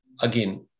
Again